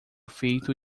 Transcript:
feito